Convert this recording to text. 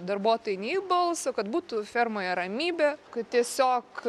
darbuotojai nei balso kad būtų fermoje ramybė kad tiesiog